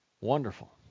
Wonderful